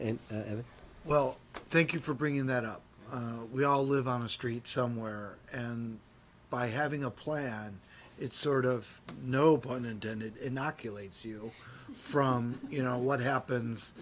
and well thank you for bringing that up we all live on a street somewhere and by having a plan it's sort of no pun intended inoculates you from you know what happens